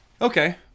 Okay